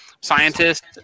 scientists